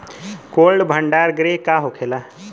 Cold भण्डार गृह का होखेला?